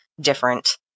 different